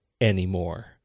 anymore